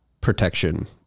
protection